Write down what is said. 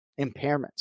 impairments